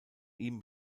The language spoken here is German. ihm